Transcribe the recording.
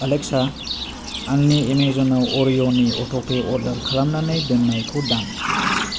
Alexa आंनि एमाजनाव अथ' पे अर्दार खालामनानै दोननायखौ दान